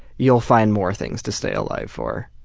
you'll find more things to stay alive for.